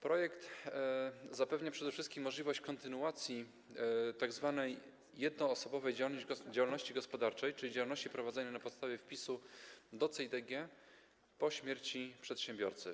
Projekt zapewnia przede wszystkim możliwość kontynuacji tzw. jednoosobowej działalności gospodarczej, czyli działalności prowadzonej na podstawie wpisu do CEIDG, po śmierci przedsiębiorcy.